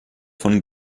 von